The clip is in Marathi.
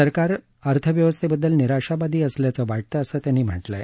सरकार अर्थव्यवस्थेबद्दल निराशावादी असल्याचं वाटतं असं त्यांनी म्हटलं आहे